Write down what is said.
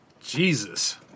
Jesus